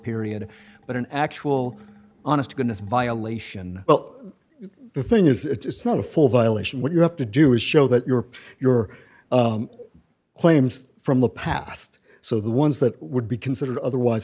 period but an actual honest to goodness violation well the thing is it's not a full violation what you have to do is show that your your claims from the past so the ones that would be considered otherwise